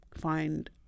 find